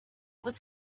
was